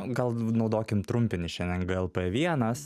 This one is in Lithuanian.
gal naudokim trumpinį šiandien gal p vienas